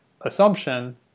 assumption